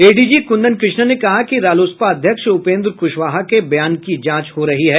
ADG Kundan Krishnan ने कहा कि रालोसपा अध्यक्ष उपेंद्र कुशवाहा के बयान की जांच हो रही है